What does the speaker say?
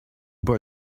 boy